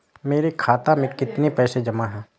मेरे खाता में कितनी पैसे जमा हैं?